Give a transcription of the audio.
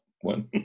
one